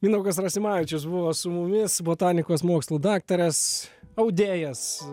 mindaugas rasimavičius buvo su mumis botanikos mokslų daktaras audėjas